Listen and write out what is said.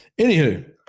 Anywho